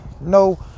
No